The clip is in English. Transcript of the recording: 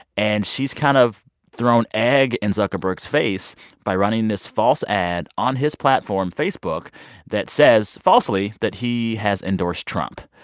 and she's kind of thrown egg in zuckerberg's face by running this false ad on his platform, facebook that says falsely that he has endorsed trump.